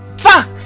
fuck